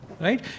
right